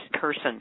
person